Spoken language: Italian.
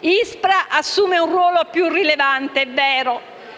(ISPRA) assume un ruolo più rilevante,